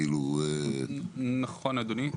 נכון, אדוני.